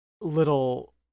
little